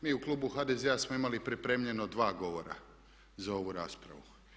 Mi u klubu HDZ-a smo imali pripremljeno dva govora za ovu raspravu.